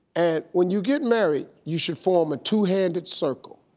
and when you get married, you should form a two-handed circle.